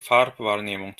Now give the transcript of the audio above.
farbwahrnehmung